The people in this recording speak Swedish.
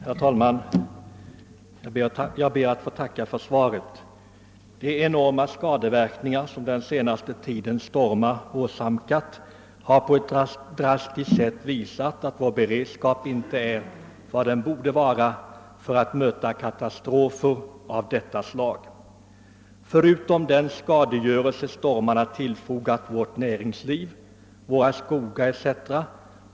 Herr talman! Jag ber att få tacka civilministern för svaret på min fråga. De enorma skadeverkningar som den senaste tidens stormar åstadkommit har på ett drastiskt sätt visat att vår beredskap för att möta katastrofer av detta slag inte är vad den borde vara. Förutom att stormarna förorsakat skadegörelse för vårt näringsliv, i våra skogar etc.